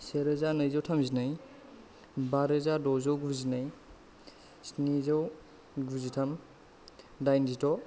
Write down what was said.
सेरोजा नैजौ थामजिनै बारोजा द'जौ गुजिनै स्निजौ गुजिथाम दाइनजिद'